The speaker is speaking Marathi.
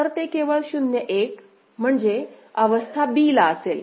तर ते केवळ 0 1 म्हणजे अवस्था b ला असेल